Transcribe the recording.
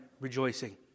rejoicing